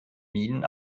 minen